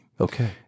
Okay